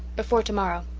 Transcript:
before tomorrow.